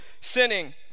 sinning